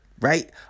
right